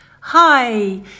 Hi